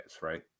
right